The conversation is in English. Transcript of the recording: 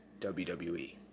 WWE